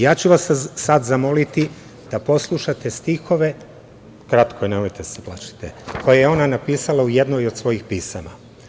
Ja ću vas sad zamoliti da poslušate stihove, kratko je nemojte da se plašite, koje je ona napisala u jednoj od svojih pisama.